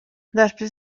després